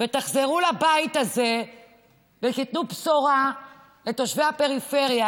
ותחזרו לבית הזה ותיתנו בשורה לתושבי הפריפריה,